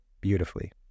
beautifully